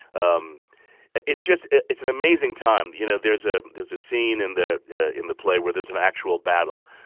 um it's just it's an amazing time. you know, there's ah there's a scene in the in the play where there's an actual battle.